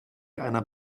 einer